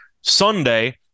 Sunday